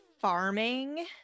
farming